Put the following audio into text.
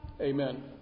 Amen